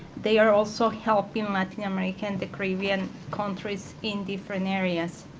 they are also helping latin american, caribbean countries in different areas.